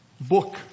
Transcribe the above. book